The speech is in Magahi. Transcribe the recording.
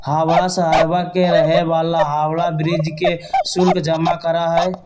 हवाड़ा शहरवा के रहे वाला हावड़ा ब्रिज के शुल्क जमा करा हई